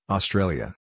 Australia